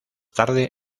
tarde